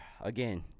Again